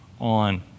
on